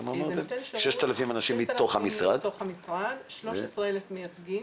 6,000 מתוך המשרד, 13,000 מייצגים,